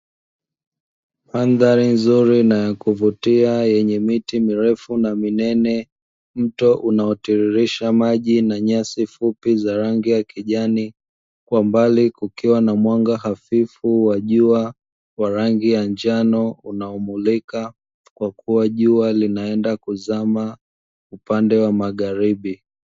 Mandhari nzuri na ya kuvutia yenye miti mirefu na minene, mto unaotiririsha maji na nyasi fupi za rangi ya kijani, kwa mbali kukiwa na mwanga hafifu wa jua wa rangi ya njano unaomulika kwa kuwa jua linaenda kuzama upande wa magharibi.